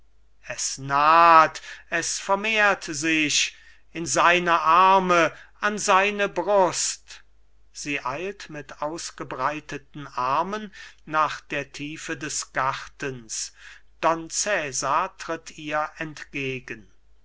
es naht es vermehrt sich in seine arme an seine brust sie eilt mit ausgebreiteten armen nach der tiefe des gartens don cesar tritt ihr entgegen